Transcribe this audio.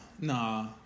Nah